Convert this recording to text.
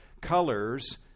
colors